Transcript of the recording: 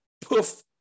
poof